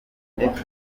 ndende